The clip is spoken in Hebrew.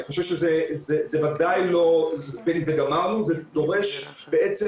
אני חושב שזה עדיין לא 'זבנג וגמרנו' זה דורש בעצם